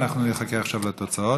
אנחנו נחכה עכשיו לתוצאות.